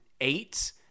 eight